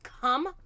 Come